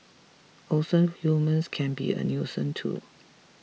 also humans can be a nuisance too